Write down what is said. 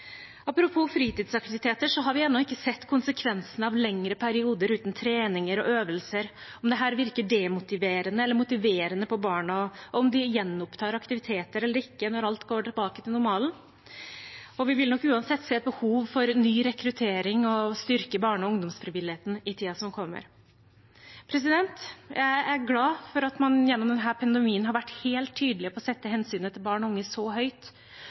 fritidsaktiviteter har vi ennå ikke sett konsekvensene av lengre perioder uten treninger og øvelser, om dette virker demotiverende eller motiverende på barna, og om de gjenopptar aktiviteter eller ikke når alt går tilbake til normalen. Vi vil nok uansett se behov for ny rekruttering og for å styrke barne- og ungdomsfrivilligheten i tiden som kommer. Jeg er glad for at man gjennom denne pandemien har vært helt tydelig på å sette hensynet til barn og unge så høyt,